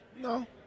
No